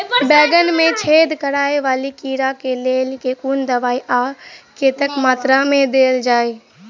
बैंगन मे छेद कराए वला कीड़ा केँ लेल केँ कुन दवाई आ कतेक मात्रा मे देल जाए?